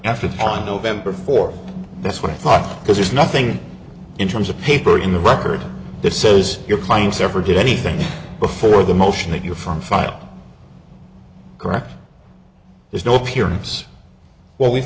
after on november fourth that's what i thought because there's nothing in terms of paper in the record that says your clients ever did anything before the motion that you're from file correct there's no